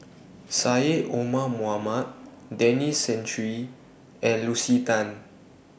Syed Omar Denis Santry and Lucy Tan